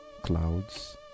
clouds